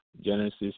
Genesis